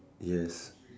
yes